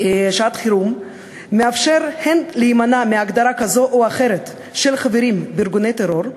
שעת-חירום מאפשר הן להימנע מהגדרה כזו או אחרת של חברים בארגוני טרור,